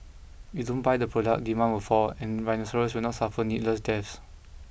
if we don't buy the product demand will fall and rhinoceroses will not suffer needless deaths